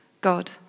God